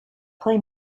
play